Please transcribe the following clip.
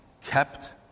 kept